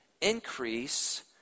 increase